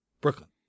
Brooklyn